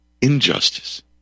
injustice